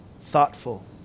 thoughtful